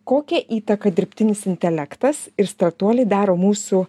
kokią įtaką dirbtinis intelektas ir startuoliai daro mūsų